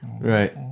right